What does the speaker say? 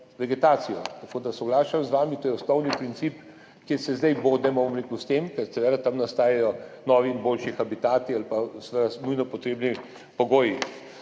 vegetacijo. Tako da soglašam z vami, to je osnovni princip, kjer se zdaj bodemo s tem, ker tam nastajajo novi in boljši habitati ali nujno potrebni pogoji.